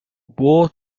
war